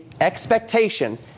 expectation